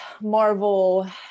Marvel